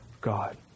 God